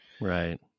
Right